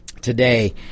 today